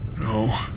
No